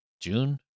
June